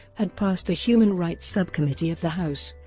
had passed the human rights subcommittee of the house